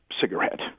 cigarette